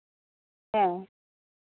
ᱦᱮᱸ